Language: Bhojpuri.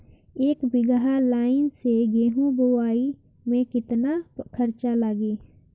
एक बीगहा लाईन से गेहूं बोआई में केतना खर्चा लागी?